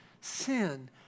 sin